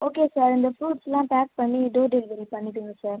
okay sir இந்த ஃப்ரூட்ஸ்லாம் pack பண்ணி டோர் டெலிவரி பண்ணிவிடுங்க சார்